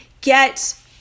get